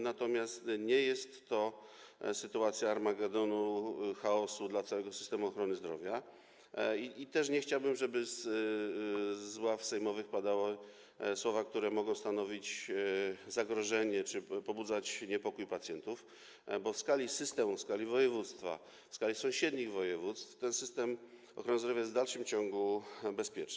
Natomiast nie jest to armagedon, chaos dla całego systemu ochrony zdrowia i też nie chciałbym, żeby z ław sejmowych padały słowa, które mogą stanowić zagrożenie czy pobudzać niepokój pacjentów, bo w skali systemu, w skali województwa, w skali sąsiednich województw ten system ochrony zdrowia jest w dalszym ciągu bezpieczny.